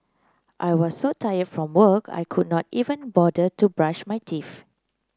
I was so tired from work I could not even bother to brush my teeth